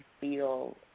feel